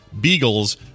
Beagles